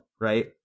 right